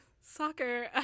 soccer